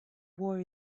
war